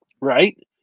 right